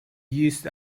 used